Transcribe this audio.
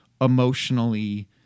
emotionally